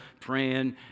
praying